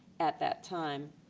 at that time.